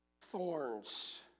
thorns